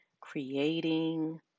creating